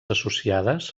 associades